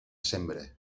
sembre